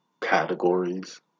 categories